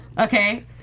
okay